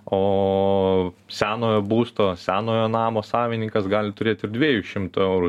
o senojo būsto senojo namo savininkas gali turėt ir dviejų šimtų eurų